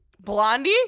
Blondie